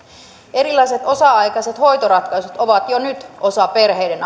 erilaiset osa aikaiset hoitoratkaisut ovat jo nyt osa perheiden